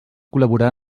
col·laborar